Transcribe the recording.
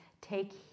take